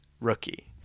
rookie